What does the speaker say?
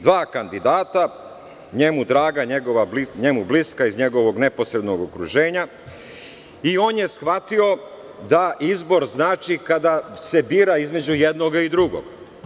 Dva kandidata njemu bliska, iz njegovog neposrednog okruženja i on je shvatio da izbor znači kada se bira između jednog i drugog.